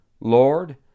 Lord